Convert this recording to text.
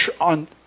on